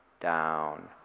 down